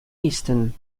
easton